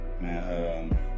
Man